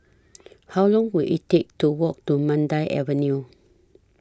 How Long Will IT Take to Walk to Mandai Avenue